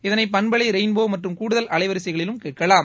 இதனை பண்பலை ரெயின்போ மற்றும் கூடுதல் அலைவரிசைகளில் கேட்கலாம்